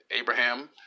Abraham